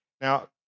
Now